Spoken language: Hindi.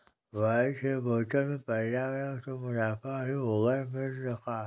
बांस के बोतल से पर्यावरण को मुनाफा ही होगा रमेश ने कहा